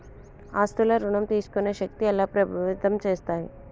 ఆస్తుల ఋణం తీసుకునే శక్తి ఎలా ప్రభావితం చేస్తాయి?